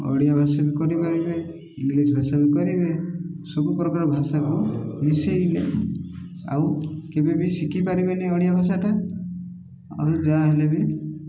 ଓଡ଼ିଆ ଭାଷା ବି କରିପାରିବେ ଇଂଲିଶ ଭାଷା ବି କରିବେ ସବୁ ପ୍ରକାର ଭାଷାକୁ ମିଶେଇଲେ ଆଉ କେବେ ବି ଶିଖିପାରିବେନି ଓଡ଼ିଆ ଭାଷାଟା ଆଉ ଯାହାହେଲେ ବି